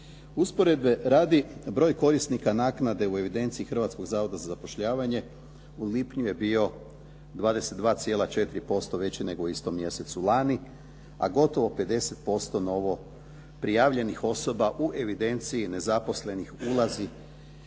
Usporedbe radi broj korisnika naknade u evidenciji Hrvatskog zavoda za zapošljavanje u lipnju je bio 22,4% veći nego u istom mjesecu lani a gotovo 50% novoprijavljenih osoba u evidenciji nezaposlenih ulazi